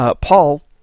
Paul